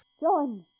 John